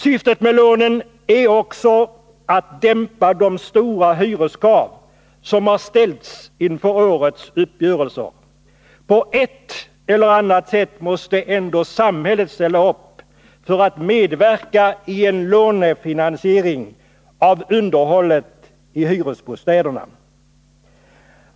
Syftet med lånen är också att dämpa de stora hyreskrav som har ställts inför årets uppgörelser. På ett eller annat sätt måste ändå samhället ställa upp för att medverka i en lånefinansiering av underhållet i hyresbostäderna.